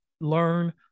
learn